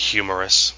Humorous